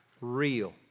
real